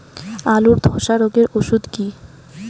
আলুর ধসা রোগের ওষুধ কি?